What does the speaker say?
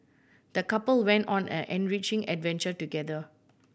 the couple went on an enriching adventure together